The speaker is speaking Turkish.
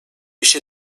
işi